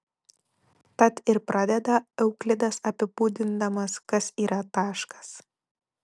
tad ir pradeda euklidas apibūdindamas kas yra taškas